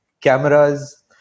cameras